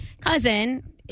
cousin